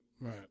Right